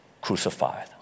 crucified